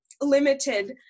limited